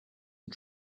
and